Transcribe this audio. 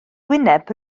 wyneb